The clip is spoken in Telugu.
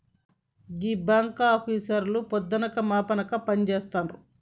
గీ బాంకాపీసర్లు పొద్దనక మాపనక పనిజేత్తరు